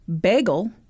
bagel